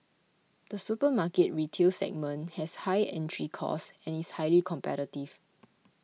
the supermarket retail segment has high entry costs and is highly competitive